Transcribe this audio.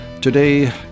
Today